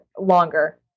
longer